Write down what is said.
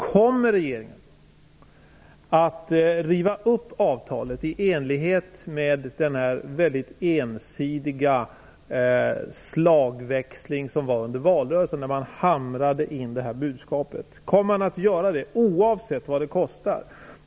Kommer regeringen att riva upp avtalet i enlighet med den väldigt ensidiga slagväxlingen under valrörelsen, då man hamrade in detta budskap? Kommer man att göra det, oavsett vad det kostar?